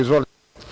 Izvolite.